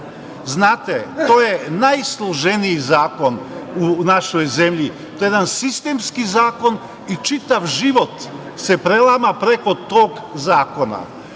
Znate, to je najsloženiji zakon u našoj zemlji. To je jedan sistemski zakon i čitav život se prelama preko tog zakona.